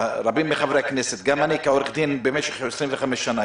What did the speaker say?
רבים מחברי הכנסת וגם אני כעורך דין במשך 25 שנה,